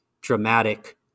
dramatic